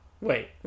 Wait